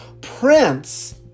Prince